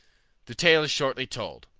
the tale is shortly told.